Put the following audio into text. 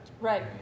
Right